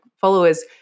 followers